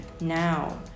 now